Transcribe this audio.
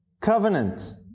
Covenant